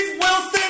Wilson